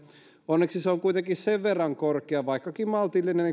onneksi se on kuitenkin sen verran korkea vaikkakin maltillinen